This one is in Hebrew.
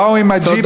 באו עם הג'יפים,